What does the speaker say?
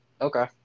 Okay